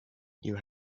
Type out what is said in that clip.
you